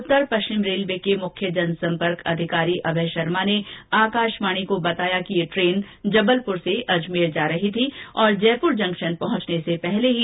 उत्तर पश्चिम रेलवे के मुख्य जन सम्पर्क अधिकारी अभय शर्मा ने आकाशवाणी को बताया कि ये ट्रेन जबलपुर से अजमेर जा रही थी और जयपुर जंक्शन पहुंचने से पहले ही यह दुर्घटना हो गई